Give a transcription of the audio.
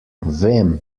vem